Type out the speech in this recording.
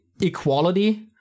equality